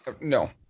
No